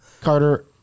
Carter